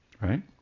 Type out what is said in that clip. Right